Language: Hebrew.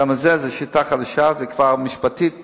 זו שיטה חדשה, זה מקובל משפטית באנגליה,